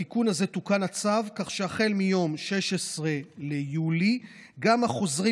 בתיקון הזה תוקן הצו כך שהחל מיום 16 ביולי גם החוזרים